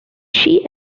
she